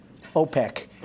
OPEC